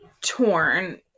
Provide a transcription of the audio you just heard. torn